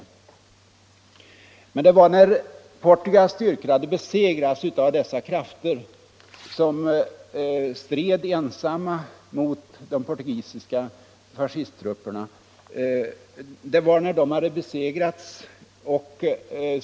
Men det skedde en förändring när Portugals styrkor hade besegrats av dessa krafter, som stred ensamma mot de portugisiska fascisttrupperna.